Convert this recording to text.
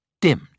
dimmed